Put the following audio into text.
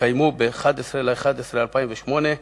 שהתקיימו ב-11 בנובמבר 2008,